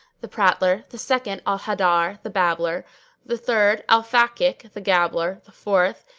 the prattler the second al-haddar, the babbler the third al-fakik, the gabbler the fourth,